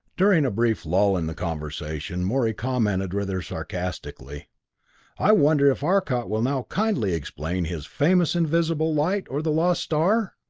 during a brief lull in the conversation, morey commented rather sarcastically i wonder if arcot will now kindly explain his famous invisible light, or the lost star?